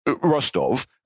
Rostov